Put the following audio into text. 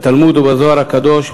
בתלמוד ובזוהר הקדוש,